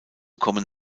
kommen